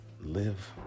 live